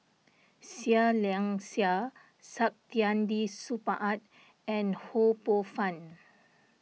Seah Liang Seah Saktiandi Supaat and Ho Poh Fun